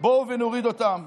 בואו נוריד אותן.